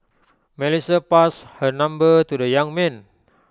Melissa passed her number to the young man